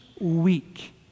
week